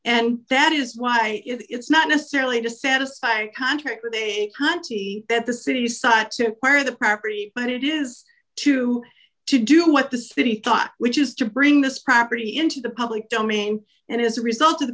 and that is why it's not necessarily to satisfy contrary that the city has such a queer the property but it is too to do what the city thought which is to bring this property into the public domain and as a result of the